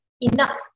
enough